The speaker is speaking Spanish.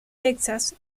texas